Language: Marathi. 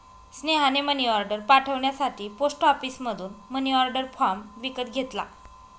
स्नेहाने मनीऑर्डर पाठवण्यासाठी पोस्ट ऑफिसमधून मनीऑर्डर फॉर्म विकत घेतला